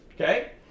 okay